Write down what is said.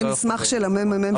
דווקא ממסמך של הממ"מ.